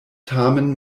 tamen